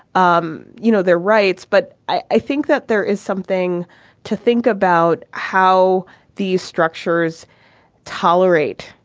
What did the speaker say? um you know, their rights. but i think that there is something to think about how these structures tolerate.